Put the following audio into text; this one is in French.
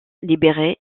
libérer